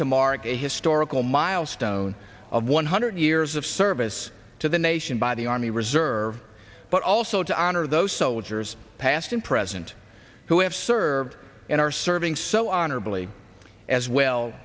to mark a historical milestone of one hundred years of service to the nation by the army reserve but also to honor those soldiers past and present who have served and are serving so honorably as well